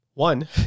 One